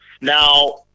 Now